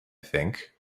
think